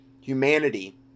humanity